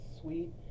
sweet